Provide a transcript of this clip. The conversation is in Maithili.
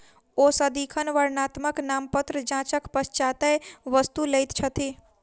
ओ सदिखन वर्णात्मक नामपत्र जांचक पश्चातै वस्तु लैत छथि